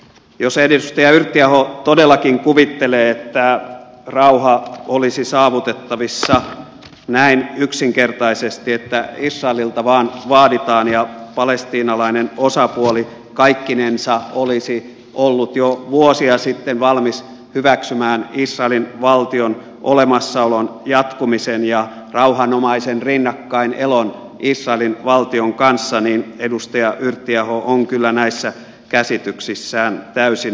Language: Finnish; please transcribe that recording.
jos edustaja yrttiaho todellakin kuvittelee että rauha olisi saavutettavissa näin yksinkertaisesti että israelilta vain vaaditaan ja palestiinalainen osapuoli kaikkinensa olisi ollut jo vuosia sitten valmis hyväksymään israelin valtion olemassaolon jatkumisen ja rauhanomaisen rinnakkainelon israelin valtion kanssa niin edustaja yrttiaho on kyllä näissä käsityksissään täysin metsässä